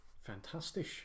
Fantastic